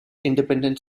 independent